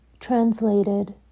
Translated